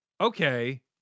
okay